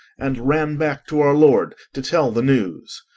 and ran back to our lord to tell the news.